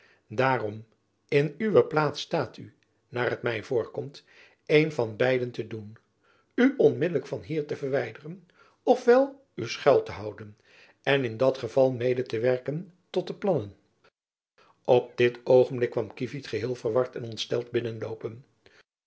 daarom in uwe plaats staat u naar t my voorkomt een van beiden te doen u onmiddelijk van hier te verwijderen of wel u schuil te houden en in dat geval mede te werken tot de plannen op dit oogenblik kwam kievit geheel verward en